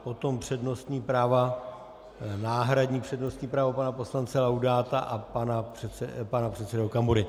Potom přednostní práva náhradní přednostní právo pana poslance Laudáta a pana předsedy Okamury.